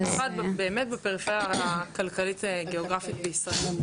זה במיוחד באמת בפריפריה הכלכלית גיאוגרפית בישראל.